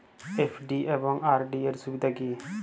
FD এবং RD এর সুবিধা কী?